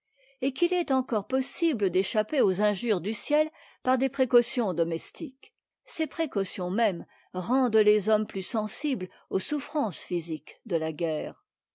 et qu'il est encore possible d'échapper aux injures du ciel par des précautions domestiques ces précautions mêmes rendent les hommes plus sensibles aux souffrances physiques de la guerre